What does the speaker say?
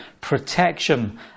protection